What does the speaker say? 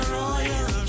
royal